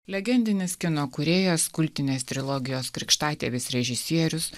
legendinis kino kūrėjas kultinės trilogijos krikštatėvis režisierius